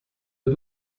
had